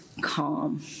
calm